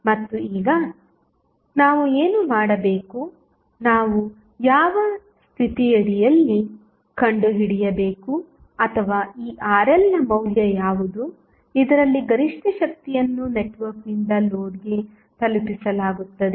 ಮತ್ತು ಈಗ ನಾವು ಏನು ಮಾಡಬೇಕು ನಾವು ಯಾವ ಸ್ಥಿತಿಯಡಿಯಲ್ಲಿ ಕಂಡುಹಿಡಿಯಬೇಕು ಅಥವಾ ಈ RLನ ಮೌಲ್ಯ ಯಾವುದು ಇದರಲ್ಲಿ ಗರಿಷ್ಠ ಶಕ್ತಿಯನ್ನು ನೆಟ್ವರ್ಕ್ನಿಂದ ಲೋಡ್ಗೆ ತಲುಪಿಸಲಾಗುತ್ತದೆ